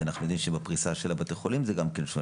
אנחנו יודעים שגם בפריסה של בתי החולים זה שונה.